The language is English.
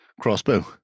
crossbow